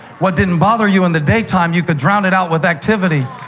what didn't bother you in the daytime. you could drown it out with activity.